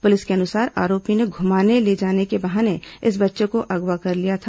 police के अनुसार आरोपी ने घुमाने ले जाने के बहाने इस बच्चे को अगवा कर लिया था